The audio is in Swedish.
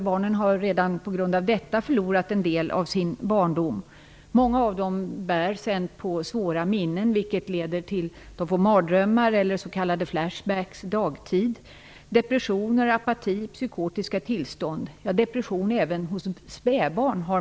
Barnen har redan på grund av detta förlorat en del av sin barndom. Många av dem bär sedan på svåra minnen, vilket leder till att de får mardrömmar eller s.k. flash-backs dagtid, depressioner, apati och psykotiska tillstånd. Man har iakttagit depression även hos spädbarn.